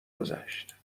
گذشت